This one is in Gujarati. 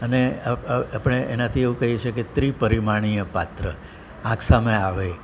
અને આપણે એનાથી એવું કહીએ છીએ કે ત્રિપરીમાણીય પાત્ર આંખ સામે આવે